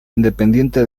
independiente